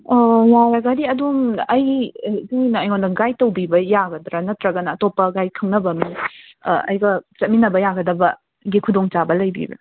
ꯌꯥꯔꯒꯗꯤ ꯑꯗꯨꯝ ꯑꯩꯒꯤ ꯏꯆꯦꯁꯤꯡꯅ ꯑꯩꯉꯣꯟꯗ ꯒꯥꯏꯠ ꯇꯧꯕꯤꯕ ꯌꯥꯒꯗ꯭ꯔꯥ ꯅꯠꯇ꯭ꯔꯒꯅ ꯑꯇꯣꯞꯄ ꯒꯥꯏꯠ ꯈꯪꯅꯕ ꯑꯃ ꯑꯩꯒ ꯆꯠꯃꯤꯟꯅꯕ ꯌꯥꯒꯗꯕꯒꯤ ꯈꯨꯗꯣꯡꯆꯥꯕ ꯂꯩꯕꯤꯕ꯭ꯔꯥ